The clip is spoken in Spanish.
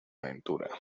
ventura